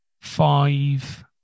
five